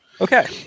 Okay